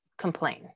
complain